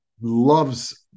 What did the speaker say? love's